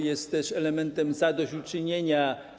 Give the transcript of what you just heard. Jest też elementem zadośćuczynienia.